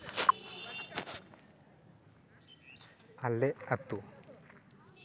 ᱟᱞᱮ ᱟᱛᱳ